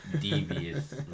Devious